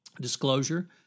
disclosure